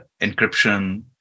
encryption